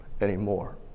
anymore